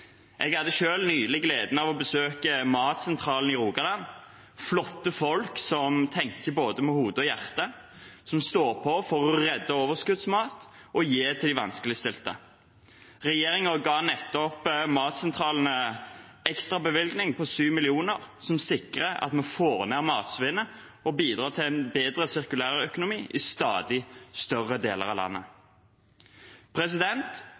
Jeg hadde selv nylig gleden av å besøke Matsentralen i Rogaland – flotte folk som tenker med både hodet og hjertet, og som står på for å redde overskuddsmat og gi til de vanskeligstilte. Regjeringen ga nettopp matsentralene en ekstrabevilgning på 7 mill. kr, som sikrer at vi får ned matsvinnet og bidrar til en bedre sirkulærøkonomi i stadig større deler av landet.